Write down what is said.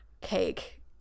cake